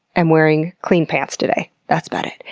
am wearing clean pants today. that's about it.